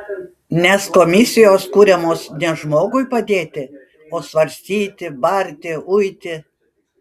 nes komisijos kuriamos ne žmogui padėti o svarstyti barti uiti